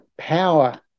Power